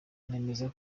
nemeza